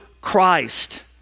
Christ